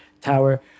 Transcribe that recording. Tower